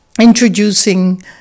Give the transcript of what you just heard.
introducing